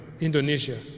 Indonesia